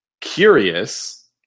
curious